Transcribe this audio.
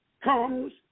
comes